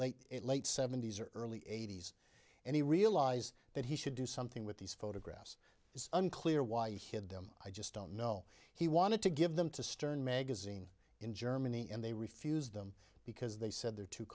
late late seventy's or early eighty's and he realized that he should do something with these photographs is unclear why you hid them i just don't know he wanted to give them to stern magazine in germany and they refused them because they said they're too